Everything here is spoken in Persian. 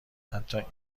حتی